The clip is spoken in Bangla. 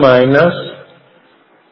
u